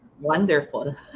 wonderful